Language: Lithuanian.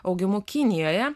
augimu kinijoje